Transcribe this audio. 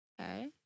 Okay